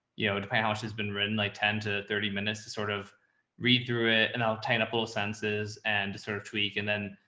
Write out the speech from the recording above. you know, depending how much has been written, like ten to thirty minutes to sort of read through it. and i'll tan up little sentences and sort of tweak and then.